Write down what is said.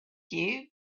you